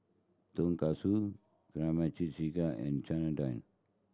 Tonkatsu Kimchi Jjigae and Chana Dal